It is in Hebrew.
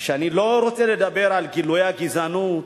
ואני לא רוצה לדבר על גילויי הגזענות,